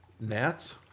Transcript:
Gnats